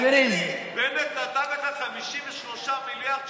בנט נתן לך 53 מיליארד שקל?